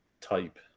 type